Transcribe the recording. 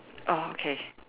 orh okay